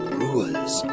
rules